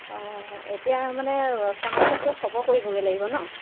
অঁ এতিয়া মানে ফাৰ্মাচিত গৈ খবৰ কৰিবগৈ লাগিব ন